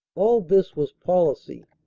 all this was policy.